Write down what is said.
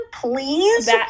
please